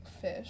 fish